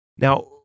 Now